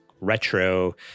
retro